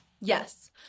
Yes